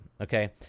Okay